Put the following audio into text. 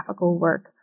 work